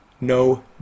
no